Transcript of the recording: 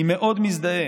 אני מאוד מזדהה,